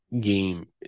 game